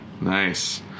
Nice